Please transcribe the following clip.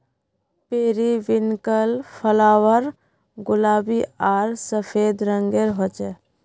periwinkle flower गुलाबी आर सफ़ेद रंगेर होचे